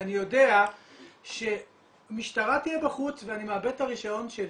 אני יודע שמשטרה תהיה בחוץ ואני מאבד את הרישיון שלי,